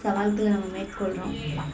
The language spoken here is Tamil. சவால்களை நம்ம மேற்கொள்கிறோம்